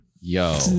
yo